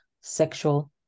sexual